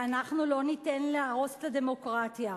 ואנחנו לא ניתן להרוס את הדמוקרטיה.